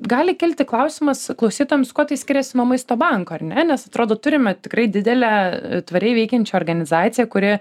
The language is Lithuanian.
gali kilti klausimas klausytojams kuo tai skiriasi nuo maisto banko ar ne nes atrodo turime tikrai didelę tvariai veikiančią organizaciją kuri